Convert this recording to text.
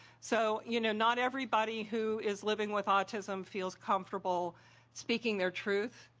so you know not everybody who is living with autism feels comfortable speaking their truth,